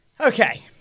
Okay